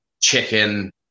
chicken